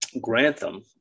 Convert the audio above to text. Grantham